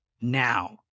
now